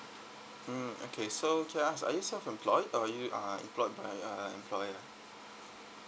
mm okay so just are you self employed or are you uh employed by uh employer